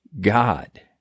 God